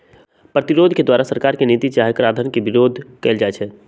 प्रतिरोध के द्वारा सरकार के नीति चाहे कराधान के विरोध कएल जाइ छइ